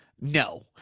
no